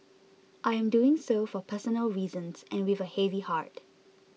I am doing so for personal reasons and with a heavy heart